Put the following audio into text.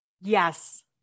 Yes